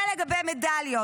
זה לגבי מדליות.